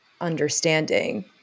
understanding